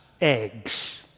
eggs